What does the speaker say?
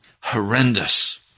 horrendous